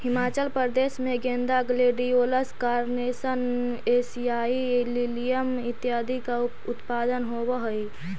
हिमाचल प्रदेश में गेंदा, gladiolus, carnation, एशियाई लिलियम इत्यादि का उत्पादन होवअ हई